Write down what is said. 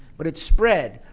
but it spread.